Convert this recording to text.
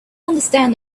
understand